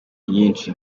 nyinshi